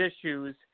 issues